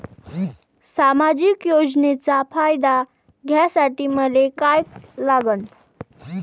सामाजिक योजनेचा फायदा घ्यासाठी मले काय लागन?